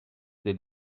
the